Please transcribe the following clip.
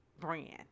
brand